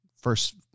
first